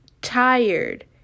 tired